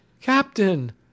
Captain